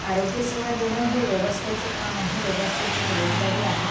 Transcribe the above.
आरोग्य सेवा देणं हे व्यवस्थेचं काम आहे व्यवस्थेची जबाबदारी आहे